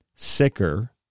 sicker